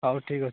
ହଉ ଠିକ୍ ଅଛି